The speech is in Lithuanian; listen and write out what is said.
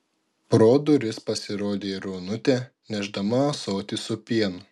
pro duris pasirodė ir onutė nešdama ąsotį su pienu